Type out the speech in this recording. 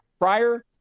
prior